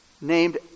named